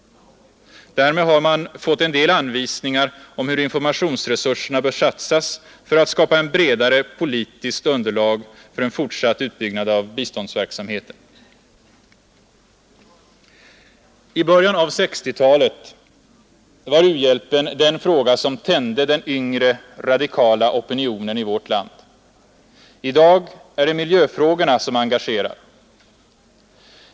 Därmed har man fått en del anvisningar om hur informationsresurserna bör satsas för att skapa ett bredare politiskt underlag för en fortsatt utbyggnad av biståndsverksamheten. I början av 1960-talet var u-hjälpen den fråga som tände den yngre, radikala opinionen i vårt land. I dag är det miljöfrågorna som engagerar.